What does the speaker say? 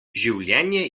življenje